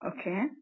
Okay